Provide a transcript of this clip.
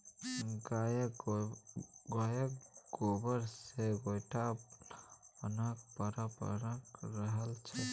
गायक गोबर सँ गोयठा बनेबाक परंपरा रहलै यै